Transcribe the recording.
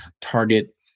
target